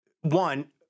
one